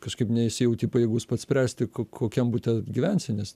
kažkaip nesijauti pajėgus pats spręsti kokiam bute gyvensi nes